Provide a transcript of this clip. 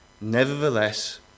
nevertheless